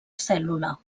cèl·lula